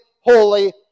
holy